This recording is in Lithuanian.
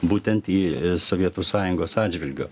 būtent į sovietų sąjungos atžvilgiu